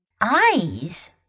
eyes